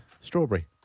strawberry